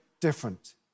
different